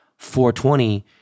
420